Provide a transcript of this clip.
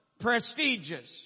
prestigious